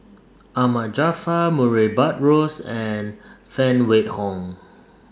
Ahmad Jaafar Murray Buttrose and Phan Wait Hong